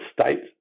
state